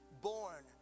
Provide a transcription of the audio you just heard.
Born